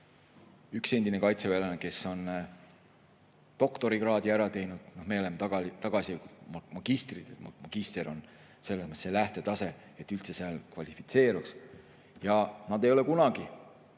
üks endine kaitseväelane, kes on doktorikraadi ära teinud. Me oleme magistrid – magister on see lähtetase, et üldse seal kvalifitseeruks. Ja nad ei ole kunagi,